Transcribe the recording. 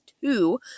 two